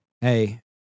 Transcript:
Hey